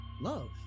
love